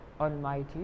Almighty